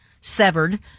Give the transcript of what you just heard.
severed